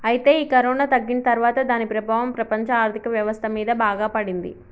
అయితే ఈ కరోనా తగ్గిన తర్వాత దాని ప్రభావం ప్రపంచ ఆర్థిక వ్యవస్థ మీద బాగా పడింది